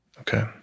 Okay